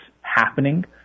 happening